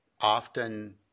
often